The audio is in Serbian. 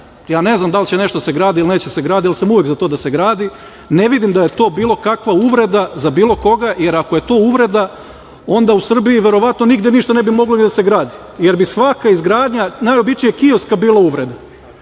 ja ne znam da li će nešto da se gradi ili neće da se gradi, ali sam uvek za to da se gradi, ne vidim da je to bilo kakva uvreda za bilo koga, jer ako je to uvreda onda u Srbiji verovatno nigde ništa ne bi moglo ni da se gradi, jer bi svaka izgradnja, najobičnijeg kioska bila uvreda,